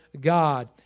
God